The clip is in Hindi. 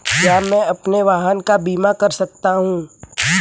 क्या मैं अपने वाहन का बीमा कर सकता हूँ?